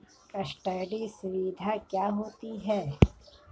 Custody सुविधा क्या होती है?